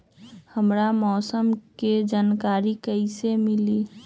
हमरा मौसम के जानकारी कैसी मिली?